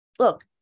look